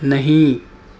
نہیں